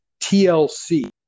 TLC